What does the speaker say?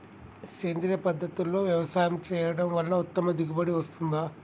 సేంద్రీయ పద్ధతుల్లో వ్యవసాయం చేయడం వల్ల ఉత్తమ దిగుబడి వస్తుందా?